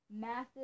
massive